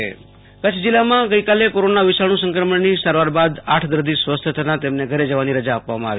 આશુતોષ અંતાણી કોરોનાસ્થિતિઃક ચ્છઃ કચ્છ જિલ્લામાં ગઈકાલે કોરોના વિષાણું સંક્રમણની સારવાર બાદ આઠ દર્દી સ્વસ્થ થતાં તેમને ઘરે જવાની રજા આપવામાં આવી